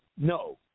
No